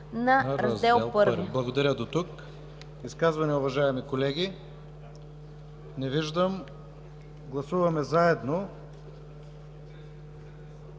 на Раздел І.